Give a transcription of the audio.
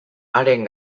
haren